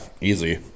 easy